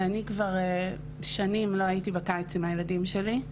ואני כבר שנים לא הייתי בקיץ עם הילדים שלי.